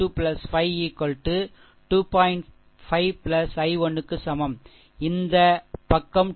5 i 1 க்கு சமம் மற்றும் இந்த பக்கம் 2